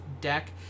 deck